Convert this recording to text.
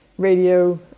Radio